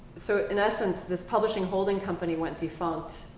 so, in essence, this publishing holding company went defunct.